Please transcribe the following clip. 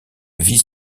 vice